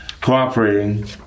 cooperating